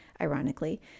ironically